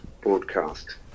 broadcast